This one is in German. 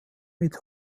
mit